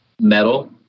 Metal